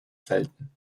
selten